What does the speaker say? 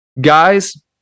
Guys